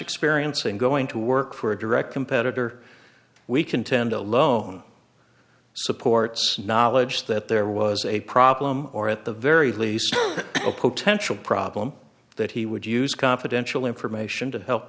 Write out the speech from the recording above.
experience in going to work for a direct competitor we contend alone supports knowledge that there was a problem or at the very least a potential problem that he would use confidential information to help